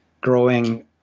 growing